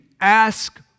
ask